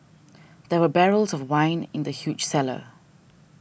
there were barrels of wine in the huge cellar